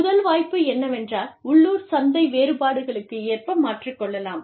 முதல் வாய்ப்பு என்னவென்றால் உள்ளூர் சந்தை வேறுபாடுகளுக்கு ஏற்ப மாற்றிக்கொள்ளலாம்